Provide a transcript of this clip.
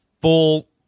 full